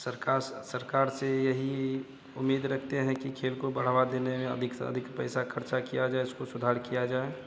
और सरकार सरकार से यही उम्मीद रखते हैं कि खेल को बढ़ावा देने में अधिक से अधिक पैसा ख़र्चा किया जाए उसको सुधार किया जाए